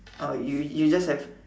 orh you you just have